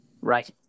Right